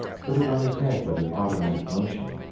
put it on his head with an automatic motion,